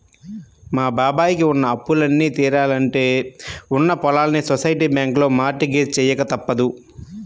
మా బాబాయ్ కి ఉన్న అప్పులన్నీ తీరాలంటే ఉన్న పొలాల్ని సొసైటీ బ్యాంకులో మార్ట్ గేజ్ చెయ్యక తప్పదు